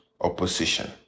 opposition